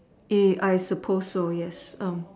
I suppose so yes